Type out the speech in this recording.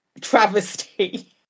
travesty